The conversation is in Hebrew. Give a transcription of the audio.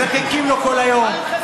מלקקים לו כל היום.